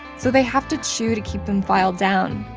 so they have to chew to keep them filed down.